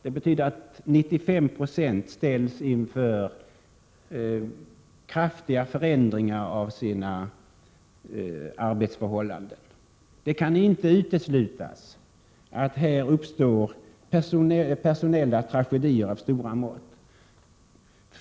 Det betyder att 95 Ye ställs inför kraftiga förändringar av sina arbetsförhållanden. Det kan inte uteslutas att här uppstår personliga tragedier av stora mått.